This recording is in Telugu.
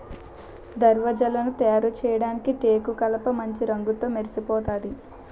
దర్వాజలను తయారుచేయడానికి టేకుకలపమాంచి రంగుతో మెరిసిపోతాది